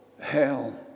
hell